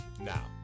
now